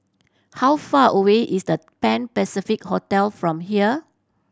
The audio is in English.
how far away is The Pan Pacific Hotel from here